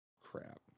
crap